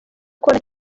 corner